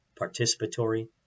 participatory